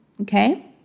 Okay